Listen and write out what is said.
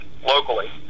locally